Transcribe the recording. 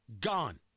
Gone